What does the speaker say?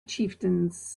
chieftains